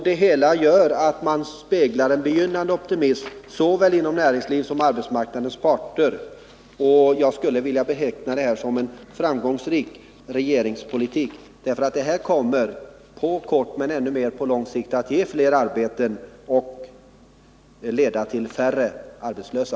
Det speglar en begynnande optimism, såväl inom näringslivet i stort som hos arbetsmarknadens parter. Jag skulle vilja beteckna det som en framgångsrik regeringspolitik. Det kommer på kort och ännu mer på lång sikt att ge flera arbeten och leda till färre arbetslösa.